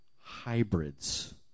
hybrids